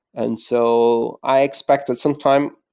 and so i expected some time,